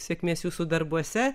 sėkmės jūsų darbuose